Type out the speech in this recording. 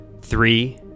Three